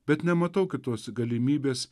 bet nematau kitos galimybės